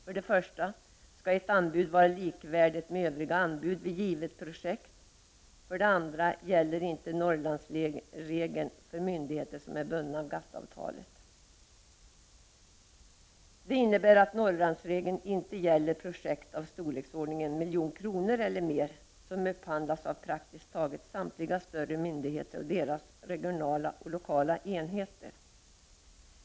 För det första skall ett anbud vara likvärdigt med övriga anbud vid givet projekt. För det andra gäller inte Norrlandsregeln för myndigheter som är bundna av GATT-avtalet. Detta innebär att Norrlandsregeln inte gäller projekt av storleksordningen 1 milj.kr. eller mer, projekt som upphandlas av praktiskt taget samtliga större myndigheter och deras regionala och lokala enheter.